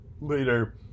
later